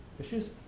issues